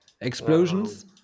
Explosions